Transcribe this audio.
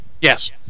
Yes